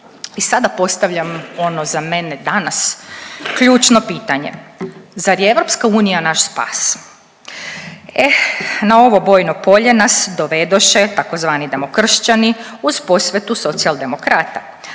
I sada postavljam ono za mene danas ključno pitanje. Zar je EU naš spas? Eh na ovo bojno polje nas dovedoše tzv. demokršćani uz posvetu Socijaldemokrata.